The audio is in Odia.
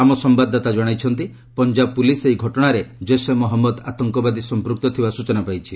ଆମ ସମ୍ଭାଦଦାତା ଜଣାଇଛନ୍ତି ପଞ୍ଜାବ ପୁଲିସ୍ ଏହି ଘଟଣାରେ ଜୈସେ ମହମ୍ମଦ ଆତଙ୍କବାଦୀ ସମ୍ପ୍ରକ୍ତ ଥିବା ସ୍ଟଚନା ପାଇଛି